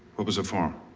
what was it for?